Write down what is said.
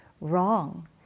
wrong